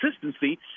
consistency